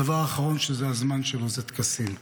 הדבר האחרון שזה הזמן שלו הוא טקסים.